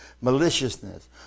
maliciousness